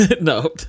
No